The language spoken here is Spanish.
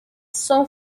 son